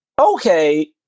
okay